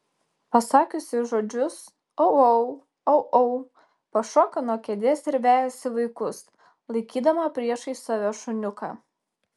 pasakiusi žodžius au au au au pašoka nuo kėdės ir vejasi vaikus laikydama priešais save šuniuką